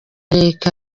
leta